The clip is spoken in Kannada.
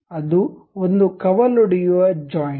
ಅದು ಒಂದು ಕವಲೊಡೆಯುವ ಜಾಯಿಂಟ್